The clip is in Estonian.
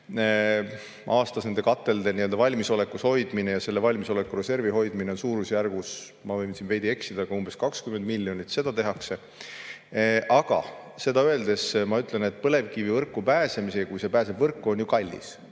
kasutame. Nende katelde valmisolekus hoidmine ja selle valmisoleku reservi hoidmine on suurusjärgus, ma võin siin veidi eksida, umbes 20 miljonit aastas. Seda tehakse. Aga ma ütlen, et põlevkivi võrku pääsemine, kui see pääseb võrku, on ju kallis.